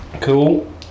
Cool